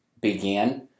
began